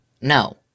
No